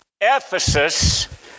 Ephesus